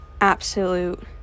absolute